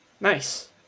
Nice